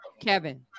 Kevin